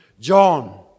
John